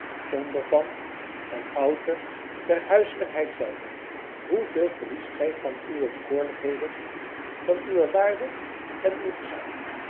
onderpand en outer der huiselijkheid zelve hoeveel verliest gij van uwe bekoorlijkheden van uwe waarde en van uw gezag